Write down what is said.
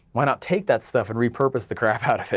why not take that stuff and repurpose the crap out of it,